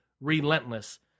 relentless